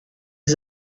des